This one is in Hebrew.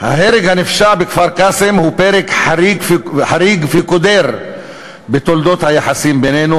"ההרג הנפשע בכפר-קאסם הוא פרק חריג וקודר בתולדות היחסים בינינו,